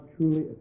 truly